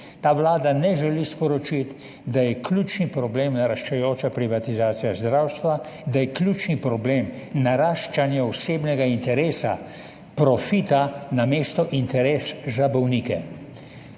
Ta vlada ne želi sporočiti, da je ključni problem naraščajoča privatizacija zdravstva, da je ključni problem naraščanje osebnega interesa, profita namesto interesa za bolnike.